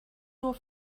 nur